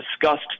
discussed